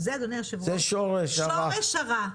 זה שורש הרע.